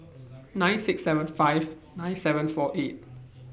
nine six seven five nine seven four eight